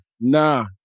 nah